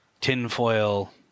tinfoil